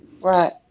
Right